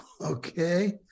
Okay